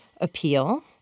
appeal